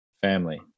Family